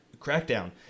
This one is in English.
crackdown